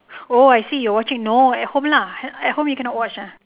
oh I see you're watching no at home lah at home you cannot watch ah